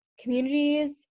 communities